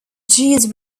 jews